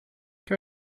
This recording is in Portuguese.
que